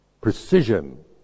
precision